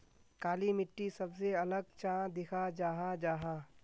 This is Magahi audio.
काली मिट्टी सबसे अलग चाँ दिखा जाहा जाहा?